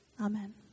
Amen